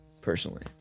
personally